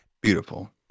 Beautiful